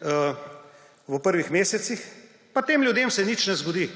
v prvih mesecih –, pa se tem ljudem nič ne zgodi.